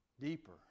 deeper